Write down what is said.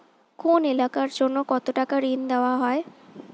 কোন এলাকার জন্য কত টাকা ঋণ দেয়া হয়?